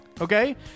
Okay